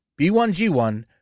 B1G1